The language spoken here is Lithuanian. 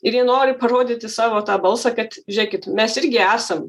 ir jie nori parodyti savo tą balsą kad žiūrėkit mes irgi esam